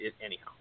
Anyhow